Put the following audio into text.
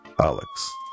Alex